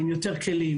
עם יותר כלים,